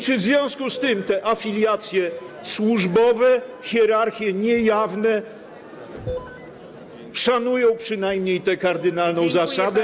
Czy w związku z tym te afiliacje służbowe, hierarchie niejawne szanują przynajmniej tę kardynalną zasadę?